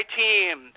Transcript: team